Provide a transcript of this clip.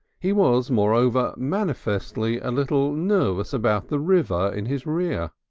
he was moreover manifestly a little nervous about the river in his rear.